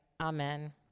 Amen